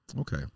Okay